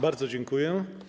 Bardzo dziękuję.